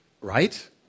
right